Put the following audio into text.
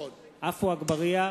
עפו אגבאריה,